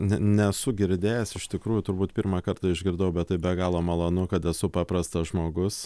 ne nesu girdėjęs iš tikrųjų turbūt pirmą kartą išgirdau bet tai be galo malonu kad esu paprastas žmogus